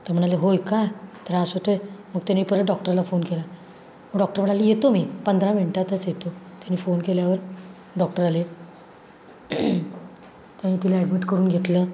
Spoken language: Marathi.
तर म्हणाले होय का त्रास होतो आहे मग त्यांनी परत डॉक्टरला फोन केला डॉक्टर म्हणाली येतो मी पंधरा मिनटातच येतो त्यांनी फोन केल्यावर डॉक्टर आले त्याने तिला ॲडमिट करून घेतलं